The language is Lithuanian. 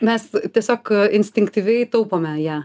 mes tiesiog instinktyviai taupome ją